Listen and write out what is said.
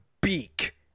beak